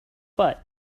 but